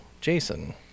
Jason